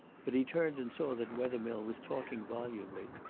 but he turned and saw that wethermill was talking volubly.